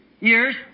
Years